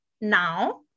now